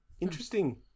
Interesting